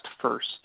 first